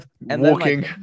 walking